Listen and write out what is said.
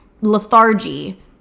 lethargy